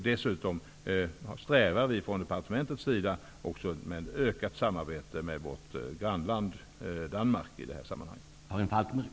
Dessutom strävar vi från departementets sida mot ett ökat samarbete med vårt grannland Danmark i det här sammanhanget.